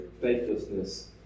faithlessness